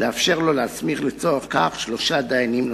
לאפשר לו להסמיך לצורך זה שלושה דיינים נוספים.